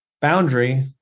Boundary